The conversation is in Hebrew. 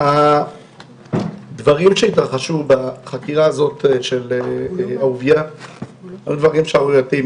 הדברים שהתרחשו בחקירה של אהוביה היו דברים שערורייתיים.